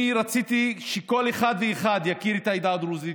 אני רציתי שכל אחד ואחד יכיר את העדה הדרוזית,